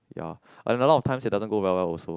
ya and a lot of times it does not go very well also